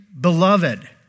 beloved